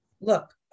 look